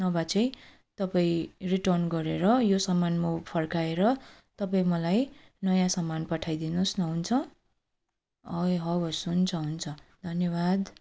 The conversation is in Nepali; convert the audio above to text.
नभए चाहिँ तपाईँ रिटर्न गरेर यो सामान म फर्काएर तपाईँ मलाई नयाँ सामान पठाइदिनुस् न हुन्छ ए हवस् हुन्छ हुन्छ धन्यवाद